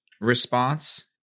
response